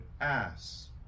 ass